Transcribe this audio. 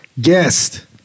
guest